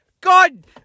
God